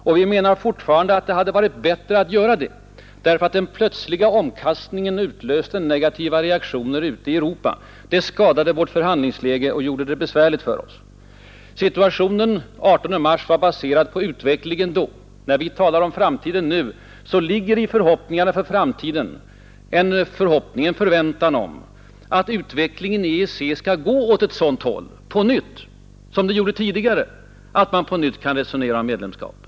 Och vi menar fortfarande att det hade varit bättre att göra det, ty den plötsliga omkastningen i regeringens politik utlöste mycket negativa reaktioner ute i Europa, det skadade vårt förhandlingsläge och gjorde det allmänt besvärligt för oss. Situationen den 18 mars var baserad på utvecklingen då. När vi nu talar om framtiden, så ligger i förhoppningarna om framtiden en förväntan att utvecklingen i EEC på nytt skall gå åt samma håll som tidigare och att vi åter skall kunna resonera om medlemskap.